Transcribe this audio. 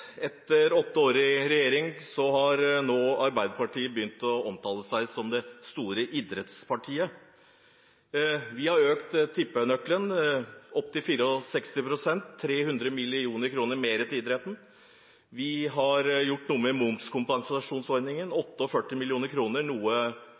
Etter åtte år i regjering har Arbeiderpartiet begynt å omtale seg som det store idrettspartiet. Vi har økt tippenøkkelen opp til 64 pst., med 300 mill. kr mer til idretten. Vi har gjort noe med momskompensasjonsordningen,